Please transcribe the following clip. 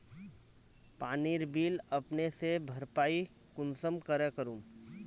पानीर बिल अपने से भरपाई कुंसम करे करूम?